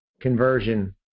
conversion